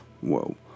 Whoa